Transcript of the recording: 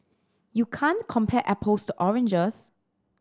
you can't compare apples to oranges